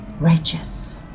righteous